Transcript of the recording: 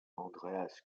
andreas